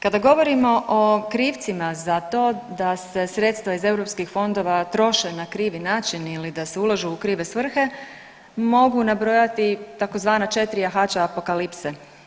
Kada govorimo o krivcima za to da se sredstva iz EU fondova troše na krivi način ili da se ulažu u krive svrhe mogu nabrojati tzv. 4 jahača apokalipse.